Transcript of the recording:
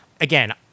again